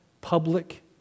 public